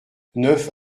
neuf